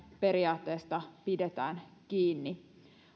periaatteesta pidetään kiinni